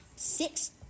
Six